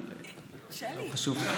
אבל לא חשוב.